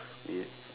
ya